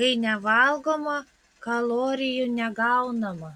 kai nevalgoma kalorijų negaunama